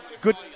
Good